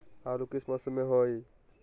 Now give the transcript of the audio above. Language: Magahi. आलू किस मौसम में होई?